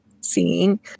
seeing